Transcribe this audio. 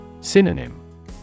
Synonym